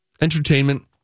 Entertainment